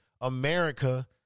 America